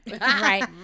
Right